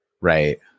Right